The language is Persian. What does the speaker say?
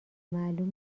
معلوم